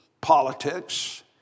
politics